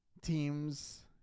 teams